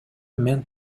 мен